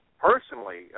personally –